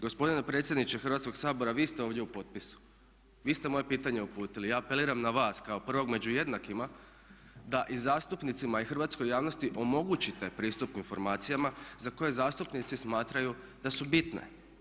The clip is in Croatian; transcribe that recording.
Gospodine predsjedniče Hrvatskog sabora vi ste ovdje u potpisu, vi ste moje pitanje uputili, ja apeliram na vas kao prvog među jednakima da i zastupnicima i hrvatskoj javnosti omogućite pristup informacijama za koje zastupnici smatraju da su bitne.